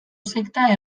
sekta